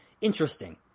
interesting